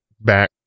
back